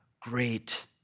great